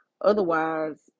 otherwise